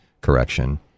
correction